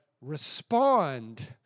respond